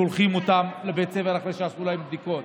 שולחים אותם לבית הספר אחרי שעשו להם בדיקות.